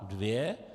Dvě?